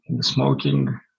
smoking